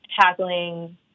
tackling